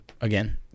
again